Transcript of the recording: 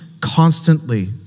constantly